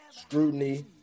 scrutiny